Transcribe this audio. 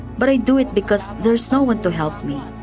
but i do it because there is no one to help me.